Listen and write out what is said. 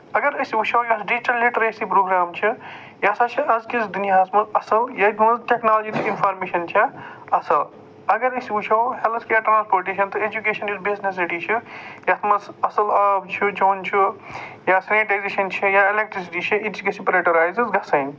اَگر أسی وُچھو یۄس ڈِجِٹل لِٹریسی پرٛوگرام چھِ یہِ ہسا چھُ أزۍکِس دُنیاہَس منٛز اَصٕل ییٚتہِ نٔوۍ ٹٮ۪کنالوجی تہٕ اِنفارمٮ۪شَن چھےٚ اَصٕل اَگر أسۍ وُچھو ہٮ۪لٔتھ کِیر ٹرٛانسپوٹٮ۪شَن تہٕ ایجوٗکٮ۪شَن یُس چھِ یَتھ منٛز اَصٕل آب چھُ چٮ۪وٚن چھُ یا سینِٹایزیشَن چھِ یا ایلٮ۪کٹرسِٹی چھےٚ یہِ تہِ گژھِ پرٛٹورایز گژھٕنۍ